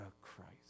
Christ